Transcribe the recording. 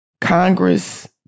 Congress